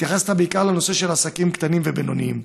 התייחסת בעיקר לנושא של עסקים קטנים ובינוניים.